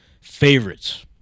favorites